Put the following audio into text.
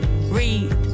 read